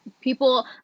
people